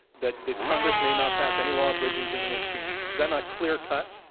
that the congress may not pass any law abridging freedom of speech. is that not clearcut?